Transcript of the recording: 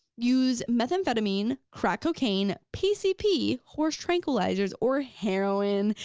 use methamphetamine, crack cocaine, pcp, horse tranquilizers or heroin,